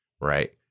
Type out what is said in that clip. right